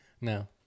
No